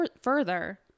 further